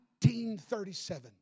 1937